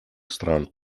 стран